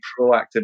proactive